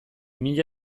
mila